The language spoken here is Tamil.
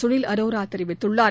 சுனில் அரோரா தெரிவித்துள்ளார்